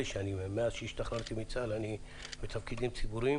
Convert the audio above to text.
שנים מאז שהשתחררתי מצה"ל אני בתפקידים ציבוריים